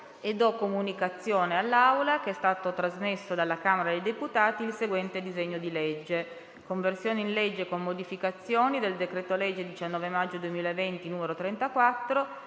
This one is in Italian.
Comunico all'Assemblea che è stato trasmesso dalla Camera dei deputati il seguente disegno di legge: «Conversione in legge, con modificazioni, del decreto-legge 19 maggio 2020, n. 34,